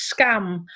scam